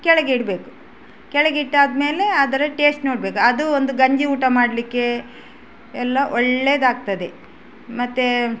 ಕೆಳಗೆ ಇಡಬೇಕು ಕೆಳಗೆ ಇಟ್ಟಾದ್ಮೇಲೆ ಅದರ ಟೇಸ್ಟ್ ನೋಡಬೇಕು ಅದು ಒಂದು ಗಂಜಿ ಊಟ ಮಾಡಲಿಕ್ಕೆ ಎಲ್ಲ ಒಳ್ಳೆಯದಾಗ್ತದೆ ಮತ್ತೆ